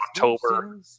October